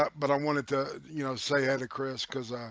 but but i wanted to you know say hi to chris because